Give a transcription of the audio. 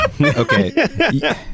Okay